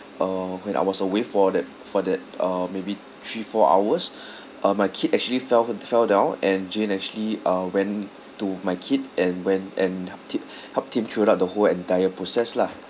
uh when I was away for that for that uh maybe three four hours uh my kid actually fell fell down and jane actually uh went to my kid and went and helped di~ helped him throughout the whole entire process lah